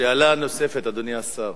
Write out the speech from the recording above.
שאלה נוספת, אדוני השר.